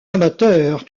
amateur